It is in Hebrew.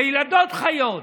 לילדות חיות,